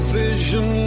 vision